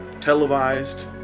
televised